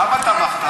למה תמכת?